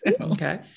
Okay